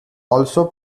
also